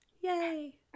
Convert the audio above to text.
yay